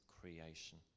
creation